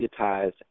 digitized